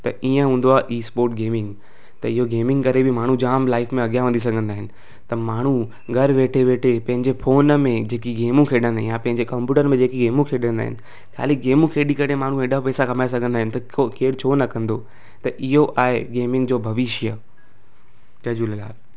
त ईअं हूंदो आहे ई स्पोट गेमिंग त इहो गेमिंग करे बि माण्हू जाम लाइफ में अॻियां वधी सघंदा आहिनि त माण्हू घर वेठे वेठे पंहिंजे फोन में जेकी गेमूं खेॾंदा आहिनि या पंहिंजे कम्पयूटर में जेकी गेमू खेॾंदा आहिनि खाली गेमूं खेॾी करे माण्हू हेॾा पेसा कमाए सघंदा आहिनि त केर छो न कंदो त इहो आहे गेमिंग जो भविष्य जय झूलेलाल